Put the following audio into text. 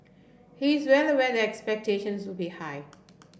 he is well aware that expectations will be high